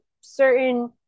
certain